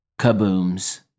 kabooms